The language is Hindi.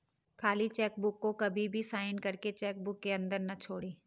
खाली चेक को कभी भी साइन करके चेक बुक के अंदर न छोड़े